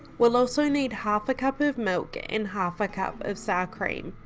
we'll also need half a cup of milk and half a cup of sour cream.